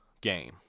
game